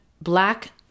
black